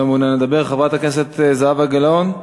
אינו מעוניין לדבר, חברת הכנסת זהבה גלאון,